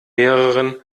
mehreren